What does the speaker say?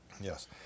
Yes